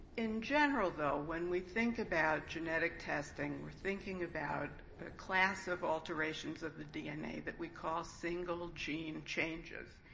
in general, though, when we think about genetic testing, we're thinking about a class of alterations of the dna that we call single gene changes,